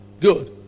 good